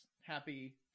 Happy